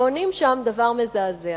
ועונים שם דבר מזעזע: